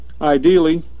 Ideally